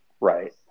right